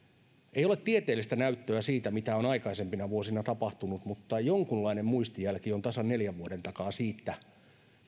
ei ole tieteellistä näyttöä siitä mitä on aikaisempina vuosina tapahtunut mutta jonkunlainen muistijälki on tasan neljän vuoden takaa siitä